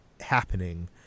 happening